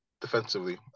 defensively